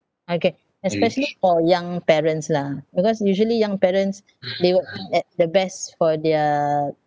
okay especially for young parents lah because usually young parents they would want at the best for their